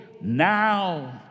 now